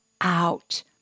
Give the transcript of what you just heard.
out